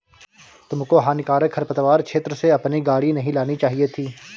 तुमको हानिकारक खरपतवार क्षेत्र से अपनी गाड़ी नहीं लानी चाहिए थी